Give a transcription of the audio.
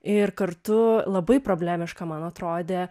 ir kartu labai problemiška man atrodė